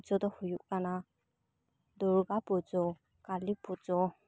ᱯᱩᱡᱟᱹ ᱫᱚ ᱦᱩᱭᱩᱜ ᱠᱟᱱᱟ ᱫᱩᱨᱜᱟ ᱯᱩᱡᱟᱹ ᱠᱟᱹᱞᱤ ᱯᱩᱡᱟᱹ